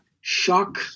shock